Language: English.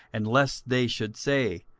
and lest they should say,